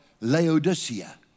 Laodicea